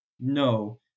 no